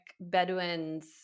Bedouins